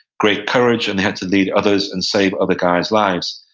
great courage, and they had to lead others and save other guys' lives,